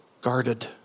guarded